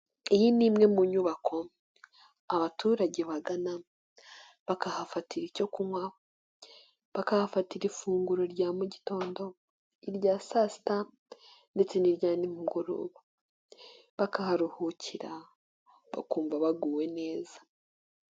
Iyi ni imwe mu nyubako abaturage ba bakahafatira icyo kunywa, bakahafatira ifunguro rya mu gitondo, irya saa sita ndetse n'irya nimugoroba bakaharuhukira, bakumva baguwe neza.